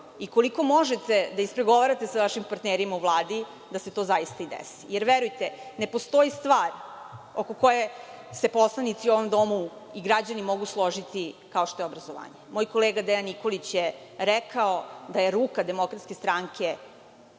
i koliko možete da ispregovarate sa vašim partnerima u Vladi, da se to zaista i desi. Verujte ne postoji stvar oko koje se poslanici u ovom domu i građani mogu složiti, kao što je obrazovanje. Moj kolega Dejan Nikolić je rekao, da je ruka DS za saradnju